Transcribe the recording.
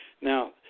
Now